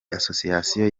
association